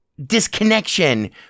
disconnection